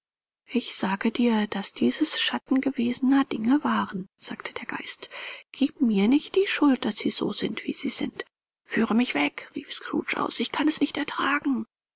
ich sagte dir daß dieses schatten gewesener dinge wären sagte der geist gieb mir nicht die schuld daß sie so sind wie sie sind führe mich weg rief scrooge aus ich kann es nicht ertragen